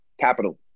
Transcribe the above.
capital